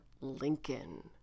Lincoln